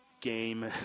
game